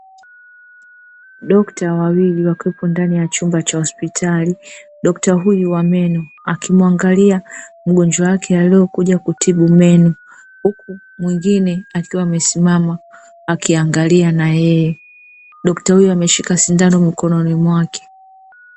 Dokta wawili wakuwepo ndani ya chumba cha hospitali, dokta huyu wa meno akimwangalia mgonjwa wake aliokuja kutibu meno, huku mwingine akiwa amesimama akiangalia na yeye dokta huyo ameshika sindano mkononi mwake.